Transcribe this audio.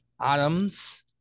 atoms